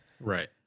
Right